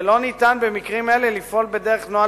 ולא ניתן במקרים אלה לפעול בדרך נוהל